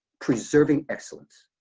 preserving excellence.